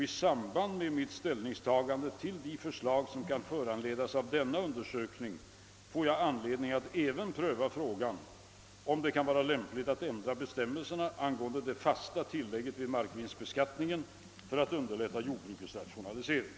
I samband med mitt ställningstagande till de förslag som kan föranledas av denna undersökning får jag anledning att även pröva frågan om det kan vara lämpligt att ändra bestämmelserna angående det fasta tillägget vid markvinstbeskattningen för att underlätta jordbrukets rationalisering.